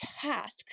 task